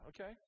Okay